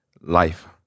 life